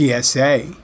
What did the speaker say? TSA